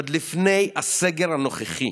עוד לפני הסגר הנוכחי.